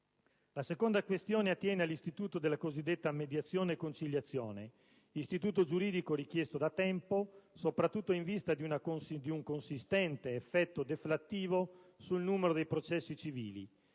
La seconda questione attiene alla cosiddetta mediazione-conciliazione, istituto giuridico richiesto da tempo, soprattutto in vista di un consistente effetto deflattivo sul numero dei processi civili.